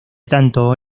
tanto